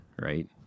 right